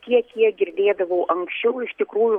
kiek kiek girdėdavau anksčiau iš tikrųjų